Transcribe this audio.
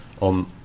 on